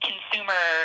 consumer